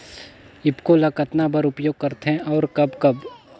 ईफको ल कतना बर उपयोग करथे और कब कब?